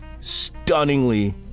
stunningly